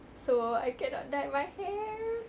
so I cannot dye my hair